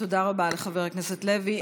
תודה רבה לחבר הכנסת לוי.